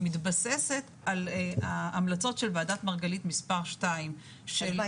מתבססת על ההמלצות של ועדת מרגלית מספר 2. אז מה,